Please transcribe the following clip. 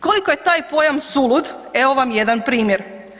Koliko je taj pojam sulud evo vam jedan primjer.